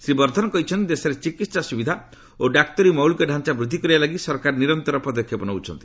ଶ୍ରୀ ବର୍ଦ୍ଧନ କହିଛନ୍ତି ଦେଶରେ ଚିକିତ୍ସା ସୁବିଧା ଓ ଡାକ୍ତରୀ ମୌଳିକ ଢ଼ାଞ୍ଚା ବୃଦ୍ଧି କରିବା ଲାଗି ସରକାର ନିରନ୍ତ୍ରର ପଦକ୍ଷେପ ନେଉଛନ୍ତି